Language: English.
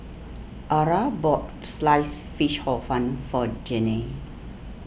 Arah bought Sliced Fish Hor Fun for Janene